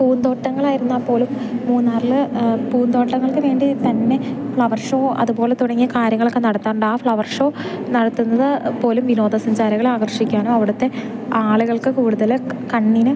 പൂന്തോട്ടങ്ങൾ ആയിരുന്നാൽപ്പോലും മൂന്നാറിൽ പൂന്തോട്ടങ്ങൾക്കുവേണ്ടി തന്നെ ഫ്ലവർ ഷോ അതുപോലെ തുടങ്ങിയ കാര്യങ്ങളൊക്ക നടത്താറുണ്ട് ആ ഫ്ലവർ ഷോ നടത്തുന്നതുപോലും വിനോദസഞ്ചാരികളെ ആകർഷിക്കാനും അവിടത്തെ ആളുകൾക്ക് കൂടുതൽ കണ്ണിന്